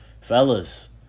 Fellas